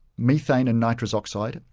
methane and nitrous oxide,